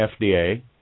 FDA